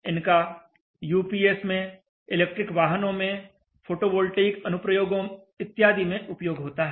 इनका यूपीएस में इलेक्ट्रिक वाहनों में फोटोवोल्टेइक अनुप्रयोगों इत्यादि में उपयोग होता है